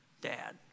dad